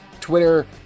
Twitter